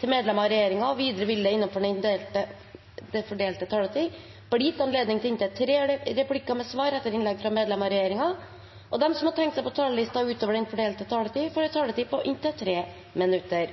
til medlemer av regjeringa. Vidare vil det – innanfor den fordelte taletida – verta gjeve anledning til inntil sju replikkar med svar etter innlegg frå medlemer av regjeringa, og dei som måtte teikna seg på talarlista utover den fordelte taletida, får ei taletid på inntil 3 minutt. Det